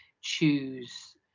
choose